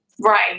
Right